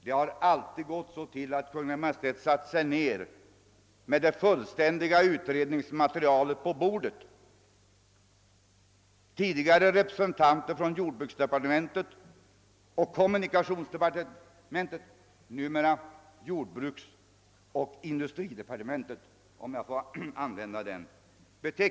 Det har alltid gått så till att Kungl. Maj:t med det fullständiga utredningsmaterialet på bordet behandlat frågan tillsammans med representanter för jordbruksdepartementet och kommunikationsdepartementet, numera med representanter för jordbruksoch industridepartementet, om jag får använda den beteckningen.